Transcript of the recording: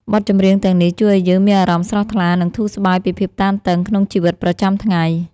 បទចម្រៀងទាំងនេះជួយឱ្យយើងមានអារម្មណ៍ស្រស់ថ្លា និងធូរស្បើយពីភាពតានតឹងក្នុងជីវិតប្រចាំថ្ងៃ។